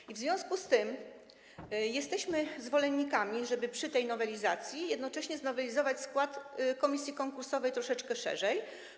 I w związku z tym jesteśmy zwolennikami, żeby przy tej nowelizacji jednocześnie znowelizować skład komisji konkursowej troszeczkę szerzej.